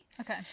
Okay